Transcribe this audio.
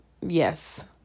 Yes